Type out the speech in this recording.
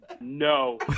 No